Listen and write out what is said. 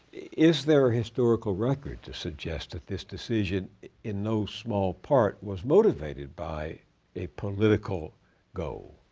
is there a historical record to suggest that this decision in no small part was motivated by a political goal?